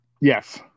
Yes